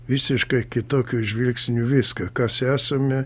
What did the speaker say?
visiškai kitokiu žvilgsniu viską kas esame